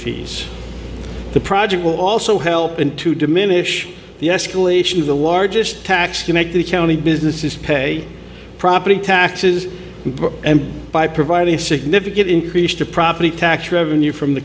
fees the project will also help in to diminish the escalation of the largest tax to make the county businesses pay property taxes and by providing a significant increase to property tax revenue from the